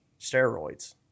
steroids